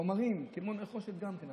חומרים כמו נחושת גם כן,